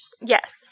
Yes